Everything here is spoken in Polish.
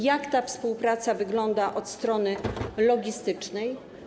Jak ta współpraca wygląda od strony logistycznej?